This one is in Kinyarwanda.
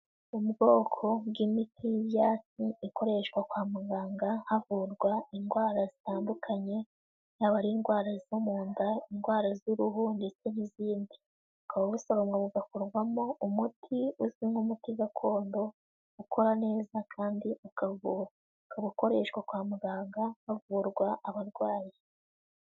Ubwoko bw'imiti y'ibyatsi ikoreshwa kwa muganga havurwa indwara zitandukanye, yaba ari indwara zo mu nda, indwara z'uruhu, ndetse n'izindi, bukaba busoromwa bugakorwamo umuti uzwi nk'umuti gakondo ukora neza kandi ukavura, ukaba ukoreshwa kwa muganga havurwa abarwayi.